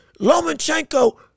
Lomachenko